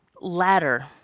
ladder